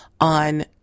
on